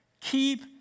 keep